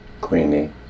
Queenie